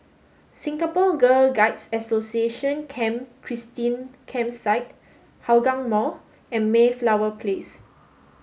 Singapore Girl Guides Association Camp Christine Campsite Hougang Mall and Mayflower Place